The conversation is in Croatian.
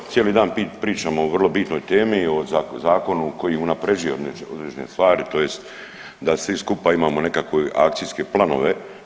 Evo, cijeli dan pričamo o vrlo bitnoj temi o zakonu koji unapređuje određene stvari tj. da svi skupa imamo nekakve akcijske planove.